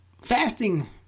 fasting